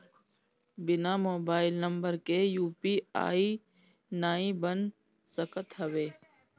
बिना mobile number के UPI नाइ बन सकत हवे